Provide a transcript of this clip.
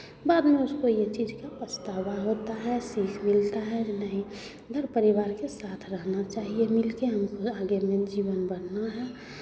बाद में उसको ये चीज़ का पछतावा होता है सीख मिलता है नहीं घर परिवार के साथ रहना चाहिए मिलके हमको आगे में जीवन बढ़ना है